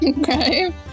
Okay